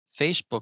Facebook